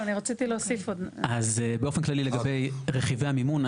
אז באופן כללי לגבי רכיבי המימון,